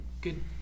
Good